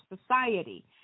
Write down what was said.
society